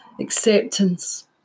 Acceptance